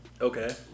Okay